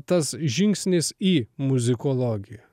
tas žingsnis į muzikologiją